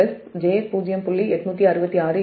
5 j0